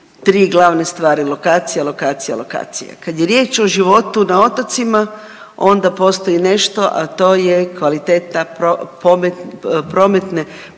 3 glavne stvari, lokacija, lokacija, lokacija. Kad je riječ o životu na otocima onda postoji nešto, a to je kvaliteta prometne povezanosti